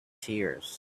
tears